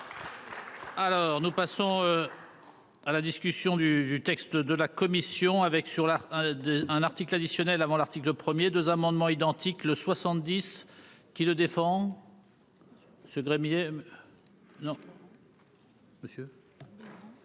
Alors, nous passons. Ah la discussion du texte de la commission avec sur la 2 un article additionnel avant l'article 1er, deux amendements identiques, le 70, qui le défend. Sûr. Ce drame il aime. Non. Monsieur.